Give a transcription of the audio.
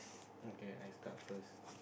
okay I start first